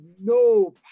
no